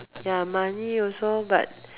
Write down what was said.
ya money also but